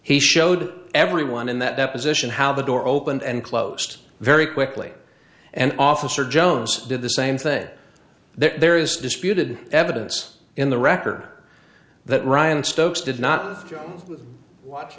he showed everyone in that deposition how the door opened and closed very quickly and officer jones did the same thing there is disputed evidence in the record that ryan stokes did not watch